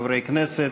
חברי כנסת,